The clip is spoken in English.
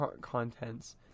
contents